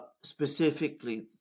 Specifically